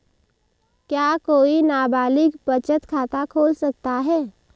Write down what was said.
क्या कोई नाबालिग बचत खाता खोल सकता है?